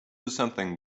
something